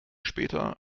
später